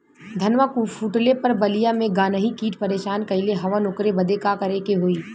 धनवा फूटले पर बलिया में गान्ही कीट परेशान कइले हवन ओकरे बदे का करे होई?